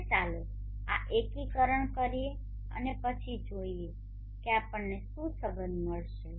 હવે ચાલો આ એકીકરણ કરીએ અને પછી જોઈએ કે આપણને શું સંબંધ મળશે